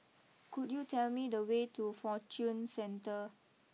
could you tell me the way to Fortune Centre